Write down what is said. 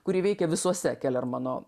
kuri veikia visuose kėlermano